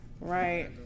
Right